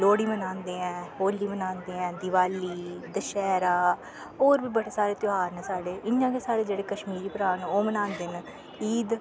लोह्ड़ी बनांदे ऐं होली बनांदे ऐं दिवाली दशैह्रा होर बी बड़े सारे ध्यार न साढ़े इ'यां गै साढ़े जेह्ड़े कश्मीरी भ्राऽ न ओह् बनांदे न ईद